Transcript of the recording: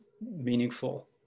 meaningful